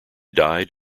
died